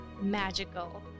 magical